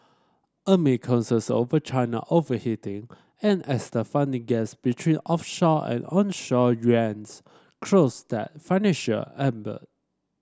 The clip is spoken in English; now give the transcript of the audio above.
amid concerns over China overheating and as the funding gas between offshore and onshore yuan closed that financial ebbed